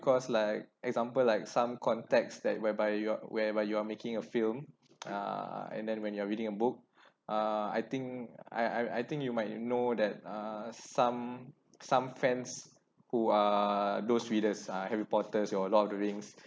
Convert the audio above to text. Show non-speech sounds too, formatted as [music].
cause like example like some context that whereby you are whereby you are making a film [noise] uh and then when you are reading a book [breath] uh I think I I I think you might you know that uh some some fans who are those readers uh harry potter your lord of the rings